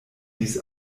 dies